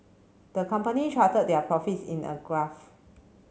the company charted their profits in a graph